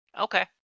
Okay